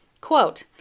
Quote